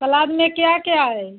सलाद में क्या क्या है